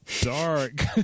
dark